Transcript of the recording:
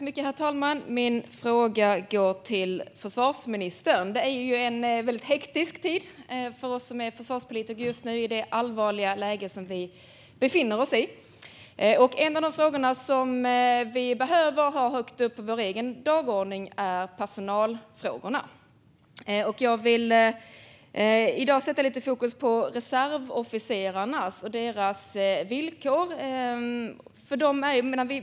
Herr talman! Min fråga går till försvarsministern. Det är just nu en väldigt hektisk tid för oss som är försvarspolitiker med anledning av det allvarliga läge som vi befinner oss i. En av de frågor som vi behöver ha högt uppe på vår egen dagordning är personalfrågorna. Jag vill i dag sätta lite fokus på reservofficerarna och deras villkor.